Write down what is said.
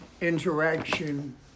interaction